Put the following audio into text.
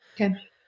Okay